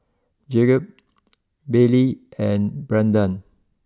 Jakob Baylee and Brandan